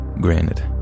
Granted